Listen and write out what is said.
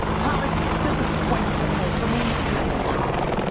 thomas, this is quite simple. for me, this is pie.